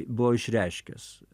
buvo išreiškęs